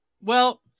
Well-